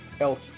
Else